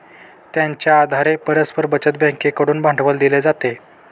त्यांच्या आधारे परस्पर बचत बँकेकडून भांडवल दिले जाते